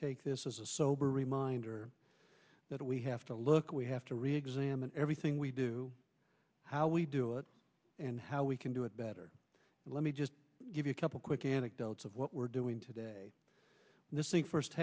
take this as a sober reminder that we have to look we have to reexamine everything we do how we do it and how we can do it better let me just give you a couple quick anecdotes of what we're doing today this thing first